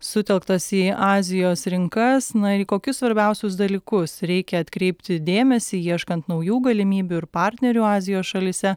sutelktas į azijos rinkas na į kokius svarbiausius dalykus reikia atkreipti dėmesį ieškant naujų galimybių ir partnerių azijos šalyse